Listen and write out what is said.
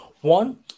One